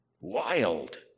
wild